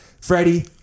Freddie